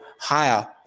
higher